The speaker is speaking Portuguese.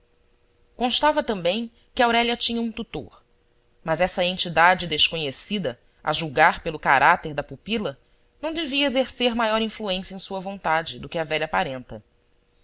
constava também que aurélia tinha um tutor mas essa entidade desconhecida a julgar pelo caráter da pupila não devia exercer maior influência em sua vontade do que a velha pa renta